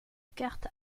carte